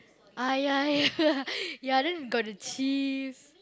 ah ya ya ya ya then got the cheese